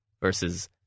versus